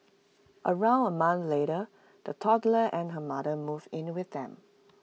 around A month later the toddler and her mother moved in with them